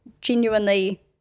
genuinely